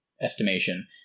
estimation